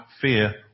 fear